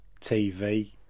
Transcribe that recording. TV